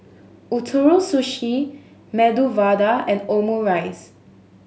Ootoro Sushi Medu Vada and Omurice